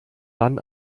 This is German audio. dann